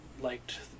liked